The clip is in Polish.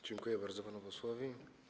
Dziękuję bardzo panu posłowi.